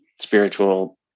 spiritual